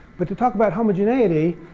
but to talk about homogeneity,